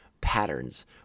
patterns